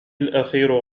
الأخير